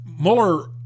Mueller